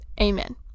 Amen